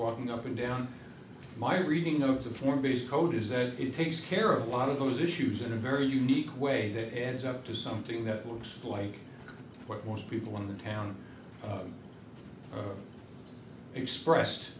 walking up and down my reading of the form because code is that it takes care of a lot of those issues in a very unique way that adds up to something that looks like what most people in the town expressed